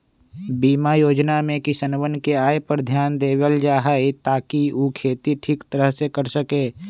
बीमा योजना में किसनवन के आय पर ध्यान देवल जाहई ताकि ऊ खेती ठीक तरह से कर सके